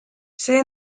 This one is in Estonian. see